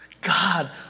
God